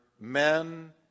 men